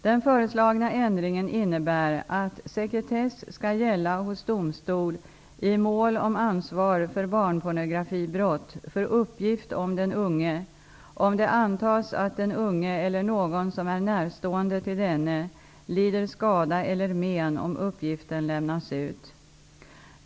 Den föreslagna ändringen innebär att sekretess skall gälla hos domstol i mål om ansvar för barnpornografibrott för uppgift om den unge, om det kan antas att den unge eller någon som är närstående till denne lider skada eller men om uppgiften lämnas ut.